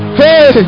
hey